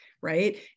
right